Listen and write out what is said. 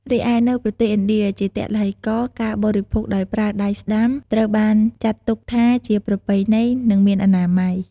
រីឯនៅប្រទេសឥណ្ឌាជាទឡ្ហីករណ៍ ការបរិភោគដោយប្រើដៃស្តាំត្រូវបានចាត់ទុកថាជាប្រពៃណី និងមានអនាម័យ។